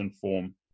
form